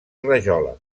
rajola